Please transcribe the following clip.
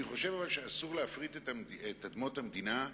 אני חושב שאסור להפריט את אדמות המדינה,